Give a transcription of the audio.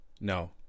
No